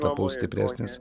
tapau stipresnis